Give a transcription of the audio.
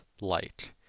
light